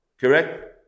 Correct